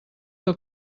que